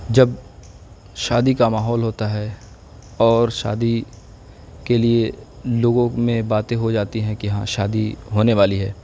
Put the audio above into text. جب شادی کا ماحول ہوتا ہے اور شادی کے لیے لوگوں میں باتیں ہو جاتی ہیں کہ ہاں شادی ہونے والی ہے